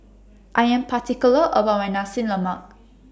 I Am particular about My Nasi Lemak